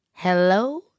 Hello